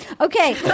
Okay